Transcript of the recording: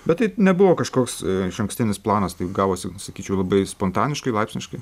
bet tai nebuvo kažkoks išankstinis planas taip gavosi sakyčiau labai spontaniškai laipsniškai